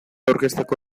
aurkezteko